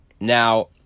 Now